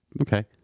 Okay